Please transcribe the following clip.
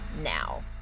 now